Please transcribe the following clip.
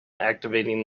activating